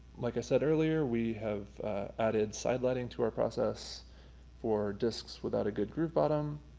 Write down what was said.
like i said earlier, we have added side lighting to our process for discs without a good groove bottom.